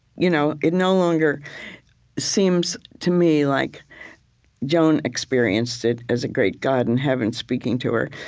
you know it no longer seems to me like joan experienced it as a great god in heaven speaking to her,